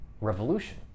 revolution